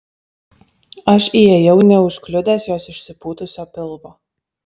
aš įėjau neužkliudęs jos išsipūtusio pilvo